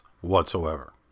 whatsoever